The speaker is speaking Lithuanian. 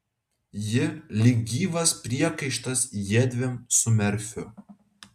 ji lyg gyvas priekaištas jiedviem su merfiu